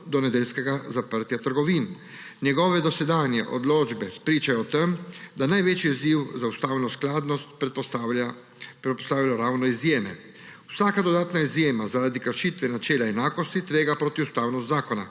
do nedeljskega zaprtja trgovin. Njegove dosedanje odločbe pričajo o tem, da največji izziv za ustavno skladnost predstavljajo ravno izjeme. Vsaka dodatna izjema zaradi kršitve načela enakosti tvega protiustavnost zakona,